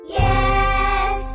yes